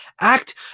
act